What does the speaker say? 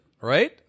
right